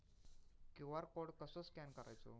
QR code कसो scan करायचो?